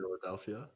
Philadelphia